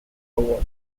award